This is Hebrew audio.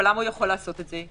אבל למה הוא יכול לעשות את זה?